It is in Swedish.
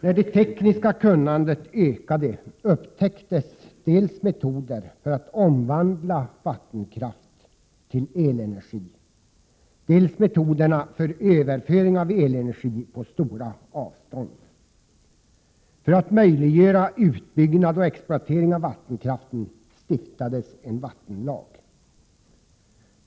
När det tekniska kunnandet ökade upptäcktes dels metoder för att omvandla vattenkraft till elenergi, dels metoder för överföring av elenergi på stora avstånd. För att möjliggöra utbyggnad och exploatering av vattenkraften stiftades en vattenlag.